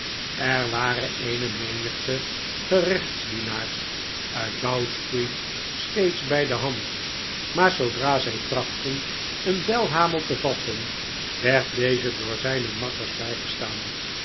er waren eene menigte gerechtdienaarsjuit bow-street steeds bij de hand maar zoodra zij trachtten een belhamel te vatten werd deze door zijne makkers bijgestaan